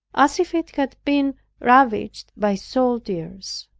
as if it had been ravaged by soldiers.